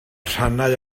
rhannau